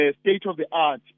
state-of-the-art